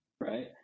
Right